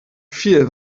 viel